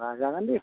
जागोन दे